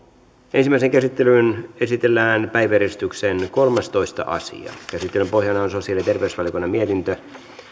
ensimmäiseen käsittelyyn esitellään päiväjärjestyksen kolmastoista asia käsittelyn pohjana on sosiaali ja terveysvaliokunnan mietintö